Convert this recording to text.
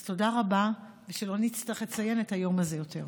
אז תודה רבה, ושלא נצטרך לציין את היום הזה יותר.